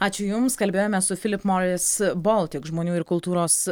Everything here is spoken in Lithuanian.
ačiū jums kalbėjome su philip morris baltic žmonių ir kultūros